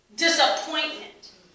Disappointment